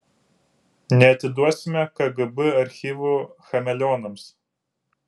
neatiduosime kgb archyvų chameleonams